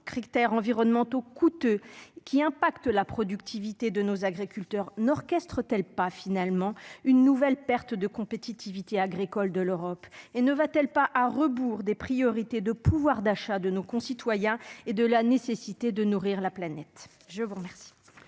critères environnementaux coûteux qui affectent la productivité de nos agriculteurs, n'orchestre-t-elle pas, finalement, une nouvelle perte de compétitivité agricole de l'Europe ? Ne va-t-elle pas à rebours des priorités de pouvoir d'achat de nos concitoyens et de la nécessité de nourrir la planète ?